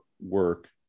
work